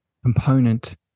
component